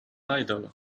idol